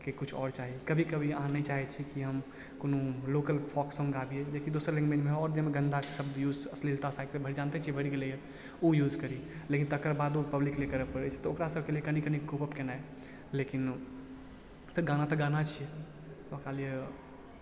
के किछु आओर चाही कभी कभी अहाँ नहि चाहय छी कि हम कोनो लोकल फोक सांग गाबियइ जेकी दोसर लैंग्वेजमे आओर जैमे गन्दा शब्द यूज अश्लीलता जानिते छियै बढ़ि गेलइए उ यूज करी लेकिन तकरबादो पब्लिकके लिये करऽ पड़य छै तऽ ओकरा सबके लिये कनी कनी गिव अप केनाइ लेकिन फेर गाना तऽ गाना छियै ओकरा लिये